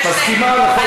בהחלט.